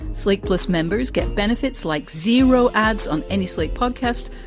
sleepless members get benefits like zero ads on any slate podcast.